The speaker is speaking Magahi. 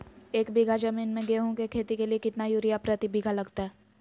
एक बिघा जमीन में गेहूं के खेती के लिए कितना यूरिया प्रति बीघा लगतय?